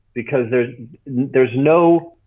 because there's there's no.